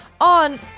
on